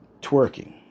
twerking